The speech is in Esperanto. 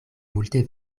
multe